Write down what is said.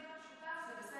בחרת לא להיות שותף, זה בסדר.